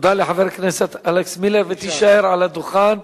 תודה לחבר הכנסת אלכס מילר, ותישאר על הדוכן.